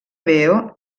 veo